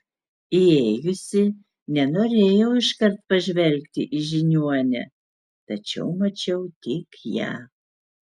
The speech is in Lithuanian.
įėjusi nenorėjau iškart pažvelgti į žiniuonę tačiau mačiau tik ją